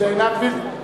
ועינת וילף.